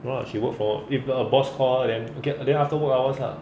no lah she worked for if her boss then get then after work hours lah